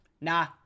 nah